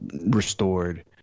restored